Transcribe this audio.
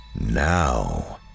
Now